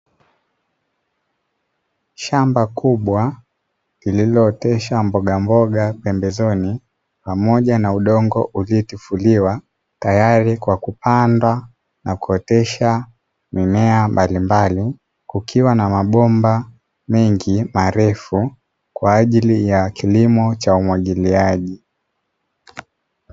Shamba kubwa lililootesha mbogamboga pembezoni, pamoja na udongo uliotifuliwa tayari kwa kupanda na kuotesha mimea mbalimbali, kukiwa na mabomba mengi marefu kwa ajili ya kilimo cha umwagiliaji.